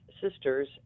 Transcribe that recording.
sisters